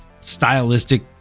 stylistic